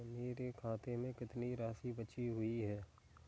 मेरे खाते में कितनी राशि बची हुई है?